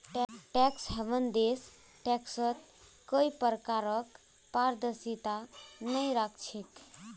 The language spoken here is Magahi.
टैक्स हेवन देश टैक्सत कोई प्रकारक पारदर्शिता नइ राख छेक